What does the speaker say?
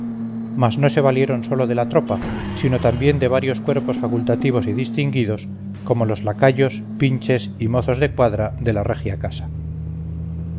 mas no se valieron sólo de la tropa sino también de varios cuerpos facultativos y distinguidos como los lacayos pinches y mozos de cuadra de la regia casa